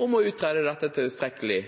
om å utrede dette tilstrekkelig,